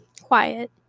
quiet